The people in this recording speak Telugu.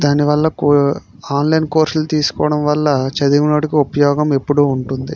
దాని వల్ల ఆన్లైన్ కోర్సులు తీసుకోవడం వల్ల చదివినోడికి ఉపయోగం ఎప్పుడూ ఉంటుంది